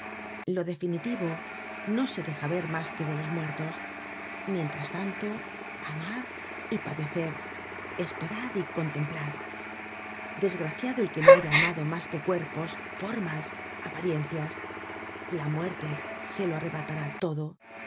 lo definitivo no se deja ver mas que de los muertos mientras tanto amad y padeced esperad y contemplad desgraciado el que no haya amado mas que cuerpos formas apariencias la muerte se lo arrebatará todo